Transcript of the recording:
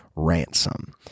ransom